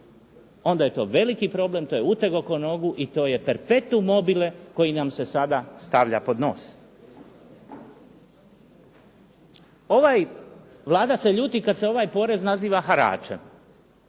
onda je to veliki problem, to je uteg oko nogu i to je perpetum mobile koji nam se sada stavlja pod nos. Vlada se ljuti kad se ovaj porez naziva haračem.